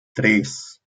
tres